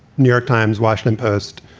new york times, washington post,